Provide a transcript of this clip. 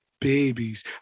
babies